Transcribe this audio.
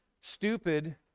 stupid